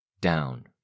Down